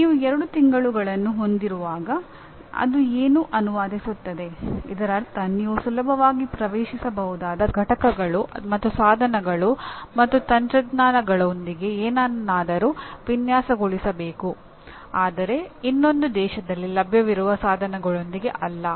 ನೀವು ಎರಡು ತಿಂಗಳುಗಳನ್ನು ಹೊಂದಿರುವಾಗ ಅದು ಏನು ಅನುವಾದಿಸುತ್ತದೆ ಇದರರ್ಥ ನೀವು ಸುಲಭವಾಗಿ ಪ್ರವೇಶಿಸಬಹುದಾದ ಘಟಕಗಳು ಮತ್ತು ಸಾಧನಗಳು ಮತ್ತು ತಂತ್ರಜ್ಞಾನಗಳೊಂದಿಗೆ ಏನನ್ನಾದರೂ ವಿನ್ಯಾಸಗೊಳಿಸಬೇಕು ಆದರೆ ಇನ್ನೊಂದು ದೇಶದಲ್ಲಿ ಲಭ್ಯವಿರುವ ಸಾಧನಗಳೊಂದಿಗೆ ಅಲ್ಲ